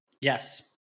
Yes